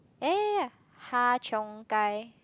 ya ya ya har-cheong-gai